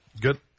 Good